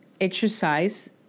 exercise